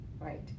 Right